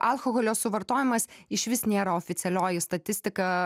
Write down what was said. alkoholio suvartojimas išvis nėra oficialioji statistika